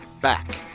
back